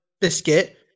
biscuit